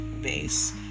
base